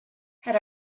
had